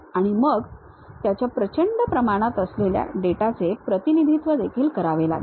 आणि मग त्याच्या प्रचंड प्रमाणात असलेल्या डेटाचे प्रतिनिधित्व देखील करावे लागेल